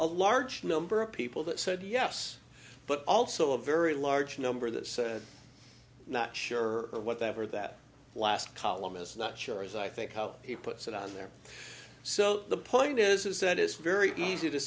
large number of people that said yes but also a very large number that said not sure what they were that last column is not sure as i think how he puts it on there so the point is is that is very easy to